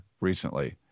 recently